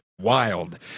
wild